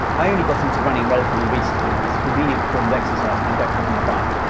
i only got into running relatively recently as a convenient form of exercise when i don't have my bike,